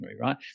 right